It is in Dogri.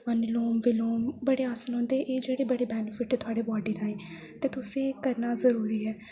कन्नै लोम बिलोम बड़े आसन होंदे एह् जेह्ड़े बड़े बेनिफिट थुआढ़ी बॉडी ताहीं ते तुसें एह् करना जरूरी ऐ